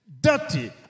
dirty